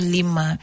Lima